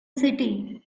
city